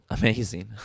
amazing